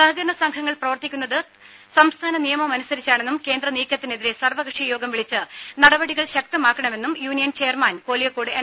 സഹകരണസംഘങ്ങൾ പ്രവർത്തിക്കുന്നത് സംസ്ഥാന നിയമമനുസ രിച്ചാണെന്നും കേന്ദ്ര നീക്കത്തിനെതിരെ സർവ്വകക്ഷി യോഗം വിളിച്ച് നടപടികൾ ശക്തമാക്കണമെന്നും യൂണിയൻ ചെയർമാൻ കോലിയക്കോട് എൻ